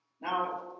Now